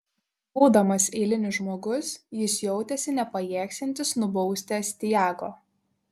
būdamas eilinis žmogus jis jautėsi nepajėgsiantis nubausti astiago